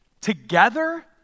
together